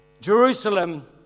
Jerusalem